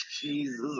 Jesus